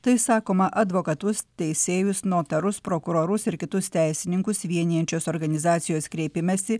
tai sakoma advokatus teisėjus notarus prokurorus ir kitus teisininkus vienijančios organizacijos kreipimęsi